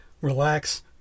relax